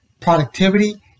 productivity